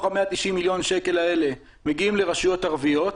ה-190 מיליון שקל האלה מגיעים לרשויות ערביות,